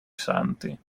santi